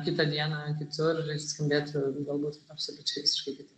kitą dieną kitur jis skambėtų galbūt absoliučiai visiškai kitaip